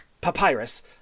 papyrus